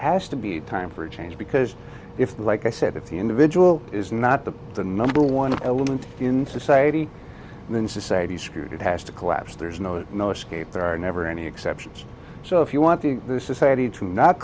has to be time for a change because if they like i said if the individual is not the the number one element in society then society screwed it has to collapse there is no miller scape there are never any exceptions so if you want the society to not